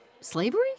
Slavery